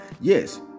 Yes